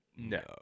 No